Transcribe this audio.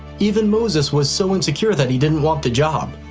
even moses was so insecure that he didn't want the job.